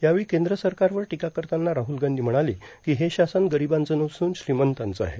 यावेळी केंद्र सरकारवर टीका करताना राहुल गांधी म्हणाले की हे शासन गरिबांचं नसून श्रीमंतांच आहे